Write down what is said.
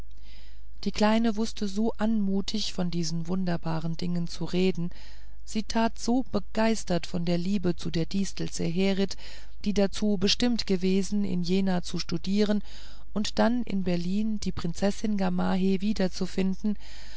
die kleine wußte so anmutig von diesen wunderbaren dingen zu reden sie tat so begeistert von der liebe zu der distel zeherit die dazu bestimmt gewesen in jena zu studieren und dann in berlin die prinzessin gamaheh wiederzufinden